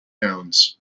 hounds